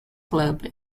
club